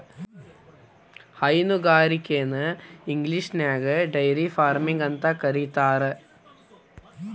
ಹೈನುಗಾರಿಕೆನ ಇಂಗ್ಲಿಷ್ನ್ಯಾಗ dairy farming ಅಂತ ಕರೇತಾರ